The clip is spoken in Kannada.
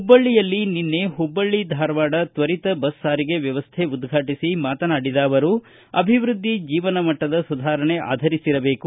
ಹುಬ್ಬಳ್ಳಿಯಲ್ಲಿ ನಿನ್ನೆ ಹುಬ್ಬಳ್ಳಿ ಧಾರವಾಡ ತ್ವರಿತ ಬಸ್ ಸಾರಿಗೆ ವ್ಯವಸ್ಥೆ ಉದ್ಘಾಟಿಸಿ ಮಾತನಾಡಿದ ಅವರು ಅಭಿವೃದ್ದಿ ಜೀವನಮಟ್ಟದ ಸುಧಾರಣೆ ಆಧರಿಸಿರಬೇಕು